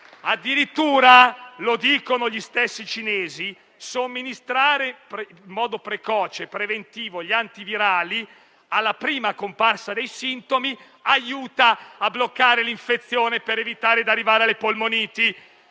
Addirittura, come dicono gli stessi cinesi, somministrare in modo precoce e preventivo gli antivirali alla prima comparsa dei sintomi, aiuta a bloccare l'infezione per evitare di arrivare alle polmoniti.